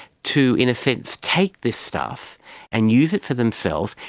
to, in a sense, take this stuff and use it for themselves,